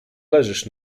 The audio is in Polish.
leżysz